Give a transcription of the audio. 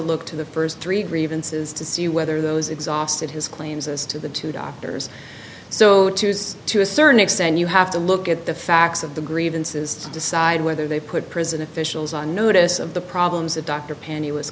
look to the first three grievances to see whether those exhausted his claims as to the two doctors so to use to a certain extent you have to look at the facts of the grievances to decide whether they put prison officials on notice of the problems that d